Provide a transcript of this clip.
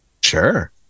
sure